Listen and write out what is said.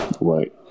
Right